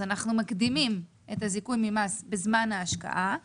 אז אנחנו מקדימים את הזיכוי ממס בזמן ההשקעה,